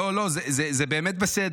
לא, לא, זה באמת בסדר.